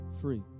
free